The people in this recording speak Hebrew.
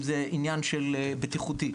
אם זה עניין בטיחותי.